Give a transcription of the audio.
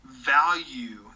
value